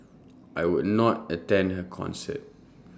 I would not attend her concert